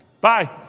Bye